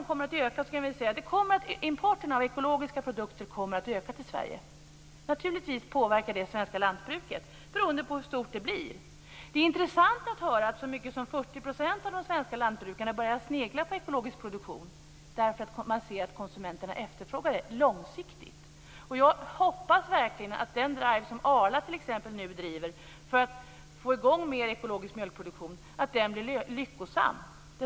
Jag kan säga att den svenska importen av ekologiska produkter kommer att öka. Naturligtvis påverkar detta det svenska lantbruket, beroende på hur stort det blir. Det är intressant att höra att så mycket som 40 % av de svenska lantbrukarna börjar snegla på ekologisk produktion, eftersom de ser att konsumenterna långsiktigt efterfrågar denna. Jag hoppas verkligen att t.ex. Arlas drive just nu för att få i gång en mer ekologisk mjölkproduktion blir lyckosam.